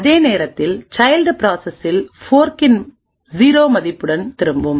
அதே நேரத்தில் சைல்ட் ப்ராசசில் ஃபோர்க் இன் 0 மதிப்புடன் திரும்பும